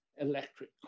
electric